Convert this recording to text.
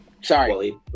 Sorry